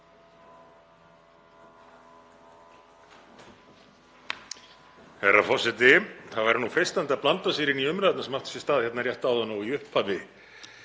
Herra forseti. Það væri freistandi að blanda sér í umræðurnar sem áttu sér stað hérna rétt áðan og í upphafi,